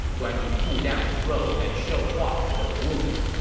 guan yu pulled down his robe and showed hua tuo the wound